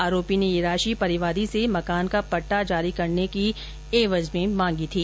आरोपी ने यह राशि परिवादी से मकान का पट्टा जारी करने की एवज में मांगी थी